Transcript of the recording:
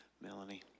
Melanie